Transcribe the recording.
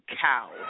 cow